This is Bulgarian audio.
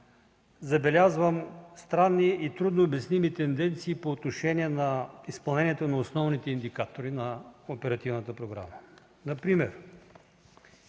забелязвам странни и трудно обясними тенденции по отношение изпълнението на основните индикатори на оперативната